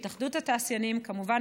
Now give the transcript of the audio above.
כמובן,